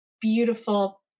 beautiful